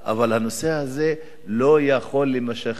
אבל הנושא הזה לא יכול להימשך כך.